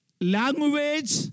language